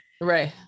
right